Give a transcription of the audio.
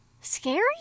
scary